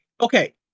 Okay